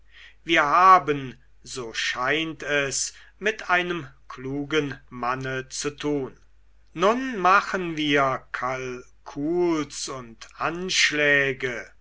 wir haben so scheint es mit einem klugen manne zu tun nun machen wir calculs und anschläge